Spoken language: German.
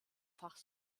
fach